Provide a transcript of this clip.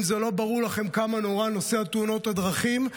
אם לא ברור לכם כמה נורא נושא תאונות הדרכים,